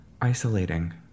isolating